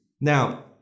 Now